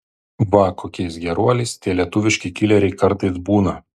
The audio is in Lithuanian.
va kokiais geruoliais tie lietuviški kileriai kartais būna